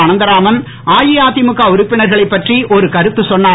அனந்தராமன் அஇஅதிமுக உறுப்பினர்களைப் பற்றி ஒரு கருத்து சொன்னார்